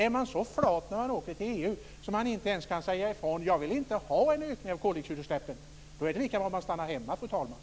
Är man så flat när man åker till EU att man inte ens kan säga ifrån att man inte vill ha en ökning av koldioxidutsläppen, då är det lika bra att man stannar hemma, fru talman.